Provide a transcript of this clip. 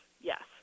yes